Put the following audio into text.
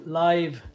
live